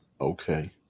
okay